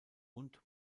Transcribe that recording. und